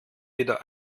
wieder